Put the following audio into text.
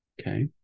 okay